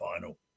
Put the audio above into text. Final